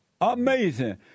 Amazing